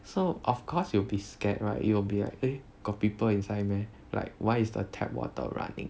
so of course you will be scared right it will be like eh got people inside meh like why is the tap water running